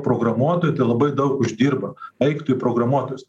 programuotojai tai labai daug uždirba eik tu į programuotojus